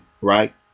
right